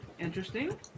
Interesting